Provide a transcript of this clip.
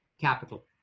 capital